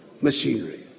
machinery